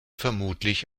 vermutlich